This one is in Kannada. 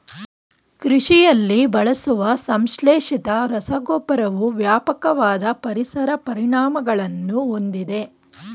ಕೃಷಿಯಲ್ಲಿ ಬಳಸುವ ಸಂಶ್ಲೇಷಿತ ರಸಗೊಬ್ಬರವು ವ್ಯಾಪಕವಾದ ಪರಿಸರ ಪರಿಣಾಮಗಳನ್ನು ಹೊಂದಿದೆ